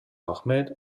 ahmed